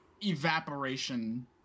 evaporation